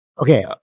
okay